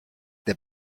der